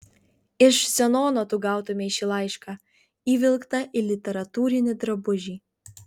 iš zenono tu gautumei šį laišką įvilktą į literatūrinį drabužį